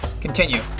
continue